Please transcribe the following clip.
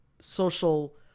social